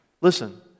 Listen